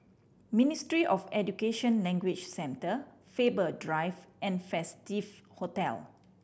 Ministry of Education Language Centre Faber Drive and Festive Hotel